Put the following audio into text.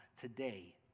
today